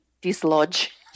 dislodge